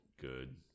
good